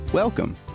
Welcome